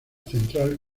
central